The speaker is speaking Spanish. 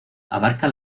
abarca